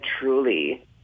truly